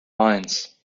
eins